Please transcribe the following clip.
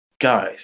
Guys